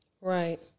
right